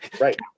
Right